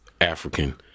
African